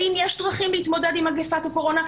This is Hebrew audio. האם יש דרכים להתמודד עם מגפת הקורונה?